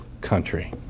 country